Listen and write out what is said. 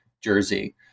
Jersey